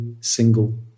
single